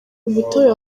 umutobe